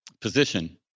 position